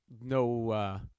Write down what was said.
no